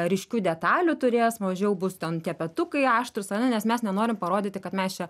ryškių detalių turės mažiau bus ten tie petukai aštrūs ar ne nes mes nenorim parodyti kad mes čia